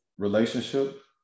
relationship